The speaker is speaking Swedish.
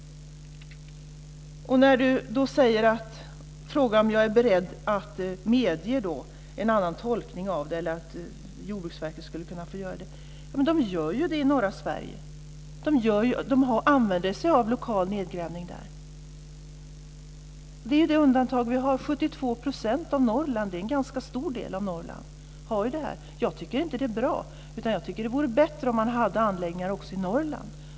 Sven Bergström frågar om jag är beredd att medge en annan tolkning eller att Jordbruksverket skulle kunna göra det. De gör ju det i norra Sverige; de använder sig där av lokal nedgrävning. Det är det undantag vi har. 72 % av Norrland - det är en ganska stor del av Norrland - har det här. Jag tycker inte att det är bra, utan det vore bättre om man hade anläggningar också i Norrland.